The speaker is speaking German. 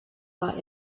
war